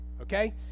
Okay